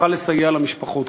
לסייע למשפחות,